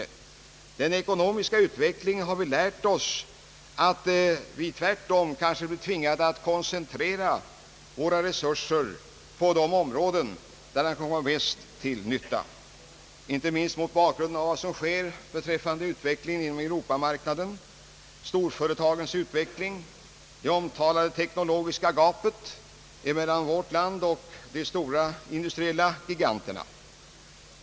Av den ekonomiska utvecklingen har vi lärt oss att vi tvärtom blir tvingade att koncentrera våra resurser på de områden där de kommer bäst till nytta — inte minst mot bakgrunden av vad som sker beträffande utvecklingen inom europamarknaden, de internationella storföretagens utveckling, det omtalade teknologiska gapet mellan vårt land och de industriella giganterna.